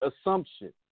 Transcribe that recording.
assumption